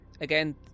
Again